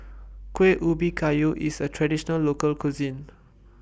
Kueh Ubi Kayu IS A Traditional Local Cuisine